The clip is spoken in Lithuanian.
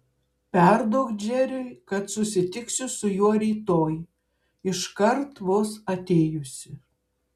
perduok džeriui kad susitiksiu su juo rytoj iškart vos atėjusi